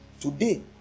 Today